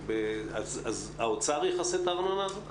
אז האוצר יכסה את הארנונה הזו.